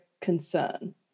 concern